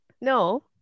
No